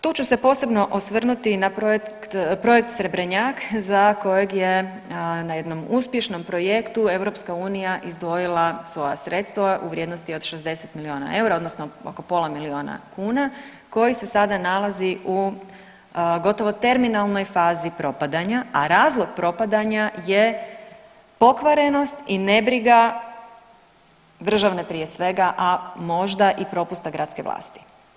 Tu ću se posebno osvrnuti na projekt, projekt Srebrnjak za kojeg je na jednom uspješnom projektu EU izdvojila svoja sredstva u vrijednosti od 60 milijuna eura odnosno oko pola milijuna kuna koji se sada nalazi u gotovo terminalnoj fazi propadanja, a razlog propadanja je pokvarenosti i nebriga državne prije svega, a možda i propusta gradske vlasti.